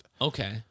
Okay